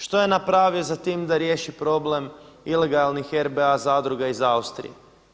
Što je napravio za tim da riješi problem ilegalnih RBA zadruga iz Austrije?